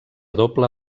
doble